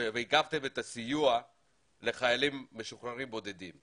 ועיכבתם את הסיוע לחיילים משוחררים בודדים?